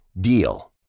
DEAL